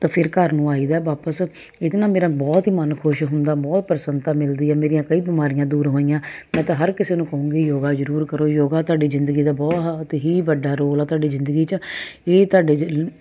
ਤਾਂ ਫਿਰ ਘਰ ਨੂੰ ਆਈ ਆ ਵਾਪਸ ਹੁੰਦਾ ਇਹਦੇ ਨਾਲ ਮੇਰਾ ਮਨ ਬਹੁਤ ਖੁਸ਼ ਹੁੰਦਾ ਬਹੁਤ ਪ੍ਰਸੰਨਤਾ ਮਿਲਦੀ ਹ ਮੇਰੀਆਂ ਕਈ ਬਿਮਾਰੀਆਂ ਦੂਰ ਹੋਈਆਂ ਮੈਂ ਤਾਂ ਹਰ ਕਿਸੇ ਨੂੰ ਕਹੂੰਗਾ ਯੋਗਾ ਜਰੂਰ ਕਰੋ ਯੋਗਾ ਤੁਹਾਡੀ ਜ਼ਿੰਦਗੀ ਦਾ ਬਹੁਤ ਹੀ ਵੱਡਾ ਰੋਲ ਆ ਤੁਹਾਡੀ ਜ਼ਿੰਦਗੀ ਚ ਇਹ ਤੁਹਾਡੇ ਜ